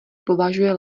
považuje